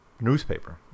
newspaper